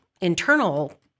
internal